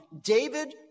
David